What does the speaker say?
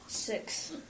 Six